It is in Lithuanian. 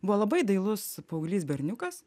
buvo labai dailus paauglys berniukas